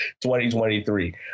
2023